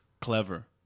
clever